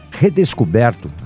redescoberto